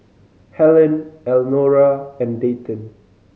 Hellen Elnora and Dayton